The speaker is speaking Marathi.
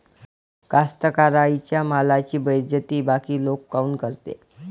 कास्तकाराइच्या मालाची बेइज्जती बाकी लोक काऊन करते?